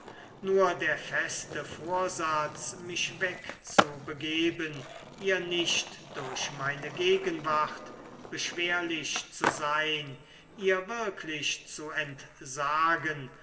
nur der feste vorsatz mich wegzubegeben ihr nicht durch meine gegenwart beschwerlich zu sein ihr wirklich zu entsagen